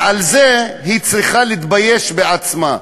ועל זה היא צריכה להתבייש בעצמה.